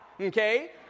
Okay